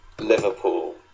Liverpool